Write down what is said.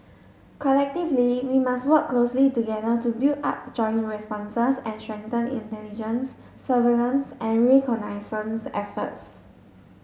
collectively we must work closely together to build up joint responses and strengthen intelligence surveillance and reconnaissance efforts